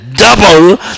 Double